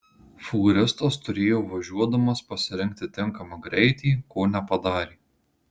fūristas turėjo važiuodamas pasirinkti tinkamą greitį ko nepadarė